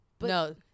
No